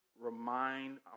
remind